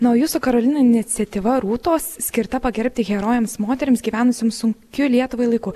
na o jūsų karolina iniciatyva rūtos skirta pagerbti herojėms moterims gyvenusioms sunkiu lietuvai laiku